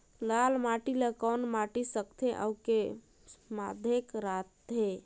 लाल माटी ला कौन माटी सकथे अउ के माधेक राथे?